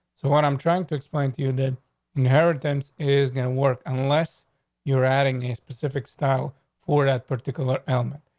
so what? i'm trying to explain to you that inheritance is gonna work unless you're adding the specific style for that particular ailment.